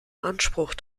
anspruch